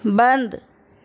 بند